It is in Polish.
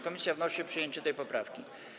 Komisja wnosi o przyjęcie tej poprawki.